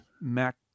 mac